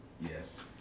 Yes